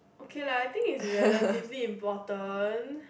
okay lah I think is relatively important